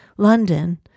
London